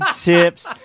tips